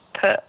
put